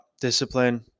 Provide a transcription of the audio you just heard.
discipline